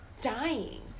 dying